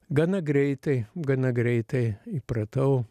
gana greitai gana greitai įpratau